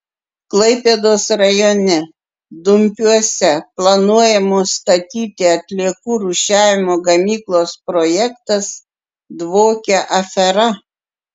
klaipėdos rajone dumpiuose planuojamos statyti atliekų rūšiavimo gamyklos projektas dvokia afera